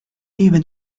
even